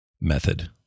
method